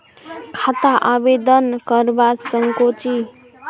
खाता आवेदन करवा संकोची?